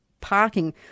parking